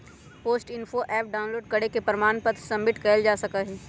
post info app download करके प्रमाण पत्र सबमिट कइल जा सका हई